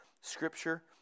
Scripture